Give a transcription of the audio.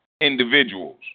individuals